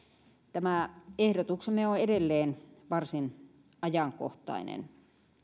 tämä ehdotuksemme on on edelleen varsin ajankohtainen